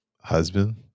husband